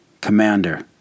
Commander